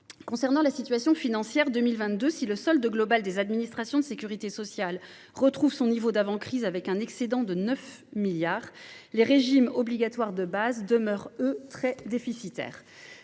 Concernant la situation financière en 2022, si le solde global des administrations de sécurité sociale retrouve son niveau d’avant crise avec un excédent de 9 milliards d’euros, les régimes obligatoires de base demeurent, eux, très déficitaires.